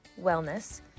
wellness